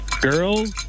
Girls